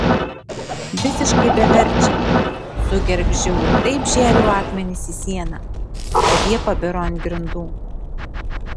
visiškai beverčiai sugergždžiau ir taip žėriau akmenis į sieną kad jie pabiro ant grindų